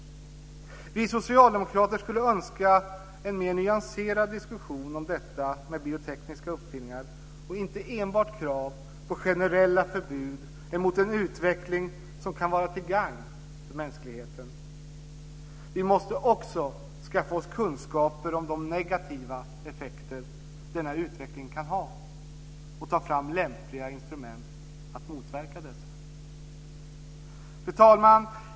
Vi socialdemokrater skulle önska en mer nyanserad diskussion om detta med biotekniska uppfinningar och inte enbart krav på generella förbud mot en utveckling som kan vara till gagn för mänskligheten. Vi måste också skaffa oss kunskaper om de negativa effekter denna utveckling kan ha och ta fram lämpliga instrument att motverka dessa. Fru talman!